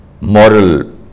moral